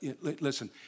listen